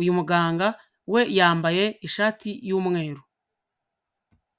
Uyu muganga we yambaye ishati y'umweru.